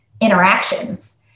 interactions